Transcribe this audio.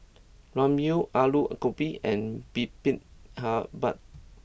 Ramyeon Alu Gobi and Bibimbap